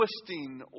twisting